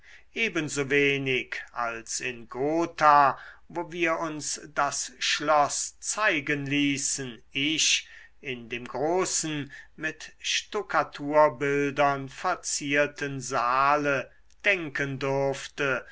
ebenso wenig als in gotha wo wir uns das schloß zeigen ließen ich in dem großen mit stuckaturbildern verzierten saale denken durfte